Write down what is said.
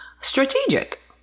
strategic